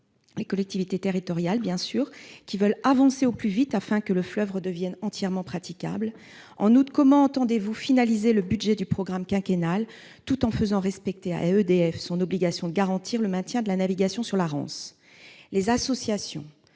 les collectivités territoriales concernées, qui veulent avancer au plus vite afin que le fleuve redevienne entièrement praticable. En outre, comment entendez-vous finaliser le budget du programme quinquennal, tout en faisant respecter par EDF l'obligation qui lui est faite de garantir le maintien de la navigation sur la Rance ?